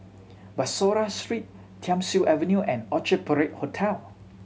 Bussorah Street Thiam Siew Avenue and Orchard Parade Hotel